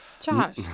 Josh